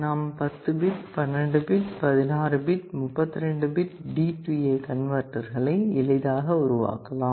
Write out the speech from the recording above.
நாம் 10 bit 12 bit bit 32 bit DA கன்வர்ட்டர்களை எளிதாக உருவாக்கலாம்